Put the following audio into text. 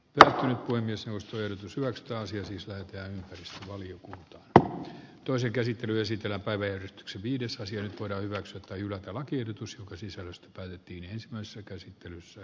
kaakkoinen seos toimitus laktoosia sisältään oli jonkun toisen käsittely esitellä päivee tps viides nyt voidaan hyväksyä tai hylätä lakiehdotus jonka sisällöstä päätettiin ensimmäisessä käsittelyssä